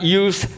use